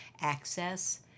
access